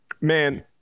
man